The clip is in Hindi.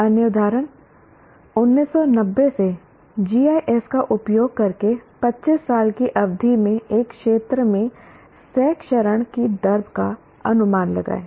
अन्य उदाहरण 1990 से GIS का उपयोग करके 25 साल की अवधि में एक क्षेत्र में सह क्षरण की दर का अनुमान लगाएं